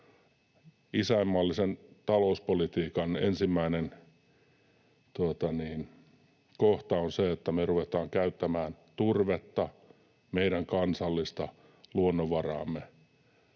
Isänmaallisen talouspolitiikan ensimmäinen kohta on se, että me ruvetaan käyttämään turvetta, meidän kansallista luonnonvaraamme,